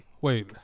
Wait